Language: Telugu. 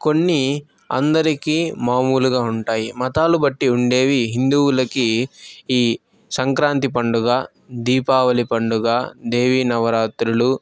కొన్ని అందరికీ మామూలుగా ఉంటాయి మతాలు బట్టి ఉండేవి హిందువులకి ఈ సంక్రాంతి పండుగ దీపావళి పండుగ దేవి నవరాత్రులు